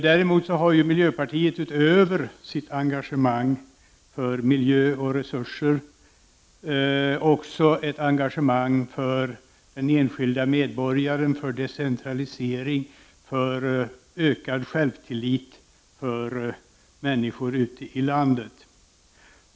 Däremot har miljöpartiet, utöver sitt engagemang för miljö och resurser, också ett engagemang för den enskilde medborgaren, för decentralisering, för ökad självtillit för människor ute i landet.